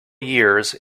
years